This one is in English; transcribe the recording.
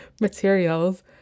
materials